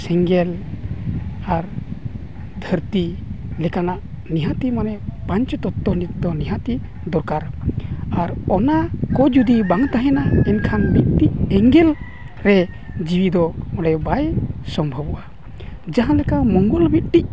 ᱥᱮᱸᱜᱮᱞ ᱟᱨ ᱫᱷᱟᱹᱨᱛᱤ ᱞᱮᱠᱟᱱᱟᱜ ᱱᱤᱦᱟᱹᱛᱜᱮ ᱢᱟᱱᱮ ᱯᱟᱧᱪᱩ ᱛᱚᱛᱛᱚ ᱱᱤᱦᱟᱹᱛ ᱜᱮ ᱫᱚᱨᱠᱟᱨ ᱟᱨ ᱚᱱᱟ ᱠᱚ ᱡᱩᱫᱤ ᱵᱟᱝ ᱛᱟᱦᱮᱱᱟ ᱮᱱᱠᱷᱟᱱ ᱢᱤᱫᱴᱤᱡ ᱮᱸᱜᱮᱞ ᱨᱮ ᱡᱤᱣᱤ ᱫᱚ ᱵᱟᱭ ᱥᱚᱢᱵᱷᱚᱵᱚᱜᱼᱟ ᱡᱟᱦᱟᱸ ᱞᱮᱠᱟ ᱢᱚᱝᱜᱚᱞ ᱢᱤᱫᱴᱤᱡ